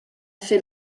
fait